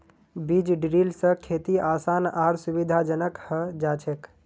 बीज ड्रिल स खेती आसान आर सुविधाजनक हैं जाछेक